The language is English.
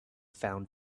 found